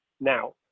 Now